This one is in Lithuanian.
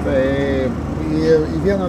tai į vieną